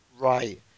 Right